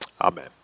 Amen